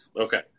Okay